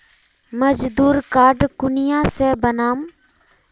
मजदूर कार्ड कुनियाँ से बनाम?